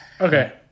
Okay